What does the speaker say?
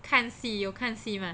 看戏有看戏 mah